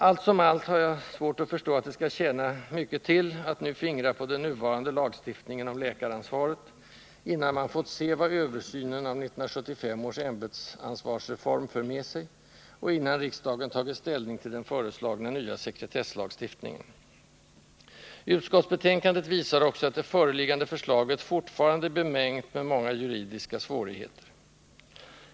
Allt som allt har jag svårt att förstå att det skall tjäna mycket till att nu fingra på den nuvarande lagstiftningen om medicinalansvaret, innan man fått se vad översynen av 1975 års ämbetsansvarsreform för med sig och innan riksdagen tagit ställning till den föreslagna nya sekretesslagstiftningen. Utskottsbetänkandet visar också att det föreliggande förslaget fortfarande är bemängt med många juridiska svårigheter.